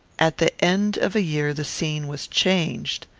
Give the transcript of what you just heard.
at the end of a year the scene was changed.